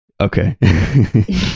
Okay